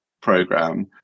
program